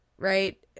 Right